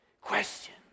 Question